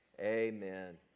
amen